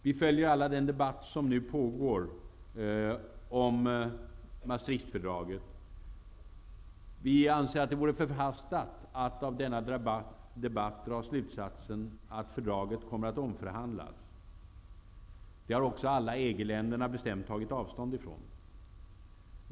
Vi följer nu alla den debatt som pågår om Maastrichtfördraget. Vi anser att det vore förhastat att av denna debatt dra slutsatsen att fördraget kommer att omförhandlas. Detta har också alla EG-länder bestämt tagit avstånd ifrån.